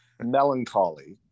Melancholy